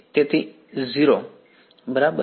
તેથી 0 બરાબર